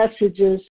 messages